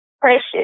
Precious